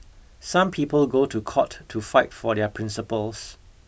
some people go to court to fight for their principles